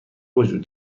وجود